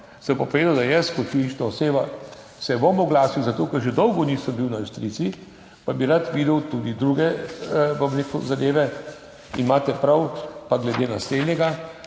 sem pa povedal, da jaz kot fizična oseba se bom oglasil, zato ker že dolgo nisem bil na Ojstrici pa bi rad videl tudi druge zadeve. Imate pa prav glede naslednjega,